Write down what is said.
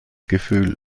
gefühl